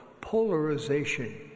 polarization